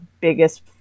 biggest